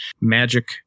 magic